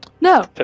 No